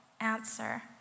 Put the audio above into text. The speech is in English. answer